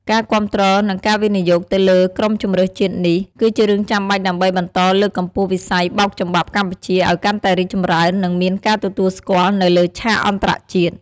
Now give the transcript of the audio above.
ការគាំទ្រ និងការវិនិយោគទៅលើក្រុមជម្រើសជាតិនេះ គឺជារឿងចាំបាច់ដើម្បីបន្តលើកកម្ពស់វិស័យបោកចំបាប់កម្ពុជាឲ្យកាន់តែរីកចម្រើន និងមានការទទួលស្គាល់នៅលើឆាកអន្តរជាតិ។